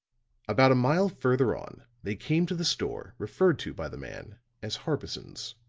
about a mile further on they came to the store referred to by the man as harbison's.